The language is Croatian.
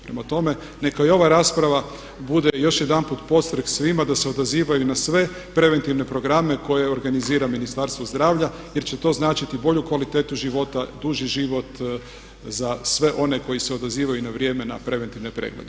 Prema tome neka i ova rasprava bude još jedanput podstrek svima da se odazivaju na sve preventivne programe koje organizira Ministarstvo zdravlja jer će to značiti bolju kvalitetu života, duži život za sve one koji se odazivaju na vrijeme na preventivne preglede.